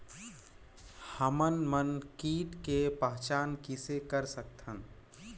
हमन मन कीट के पहचान किसे कर सकथन?